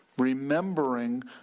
remembering